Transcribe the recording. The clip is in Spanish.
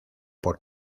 por